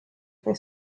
for